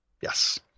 Yes